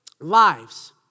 lives